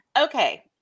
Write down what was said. okay